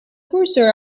cursor